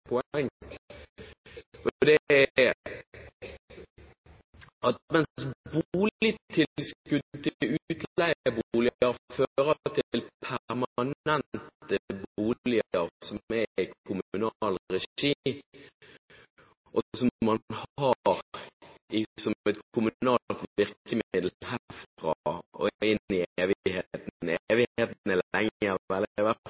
det er at mens boligtilskuddet til utleieboliger fører til permanente boliger som er i kommunal regi, og som man har som et kommunalt virkemiddel herfra og inn i evigheten